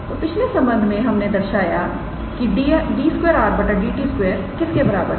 तो पिछले संबंध मेंहमने दर्शाया कि 𝑑 2𝑟𝑑𝑡 2 किस के बराबर है